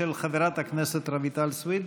של חברת הכנסת רויטל סויד.